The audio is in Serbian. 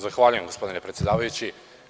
Zahvaljujem, gospodine predsedavajući.